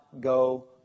go